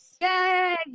Yay